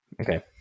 Okay